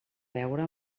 veure